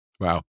Wow